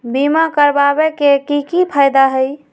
बीमा करबाबे के कि कि फायदा हई?